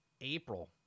April